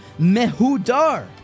mehudar